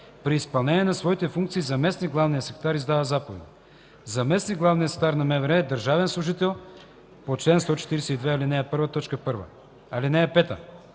При изпълнение на своите функции заместник главният секретар издава заповеди. Заместник главният секретар на МВР е държавен служител по чл. 142, ал. 1, т. 1.